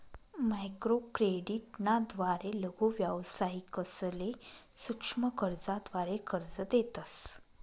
microcredit ना द्वारे लघु व्यावसायिकसले सूक्ष्म कर्जाद्वारे कर्ज देतस